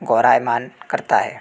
गोराईमान करता हैं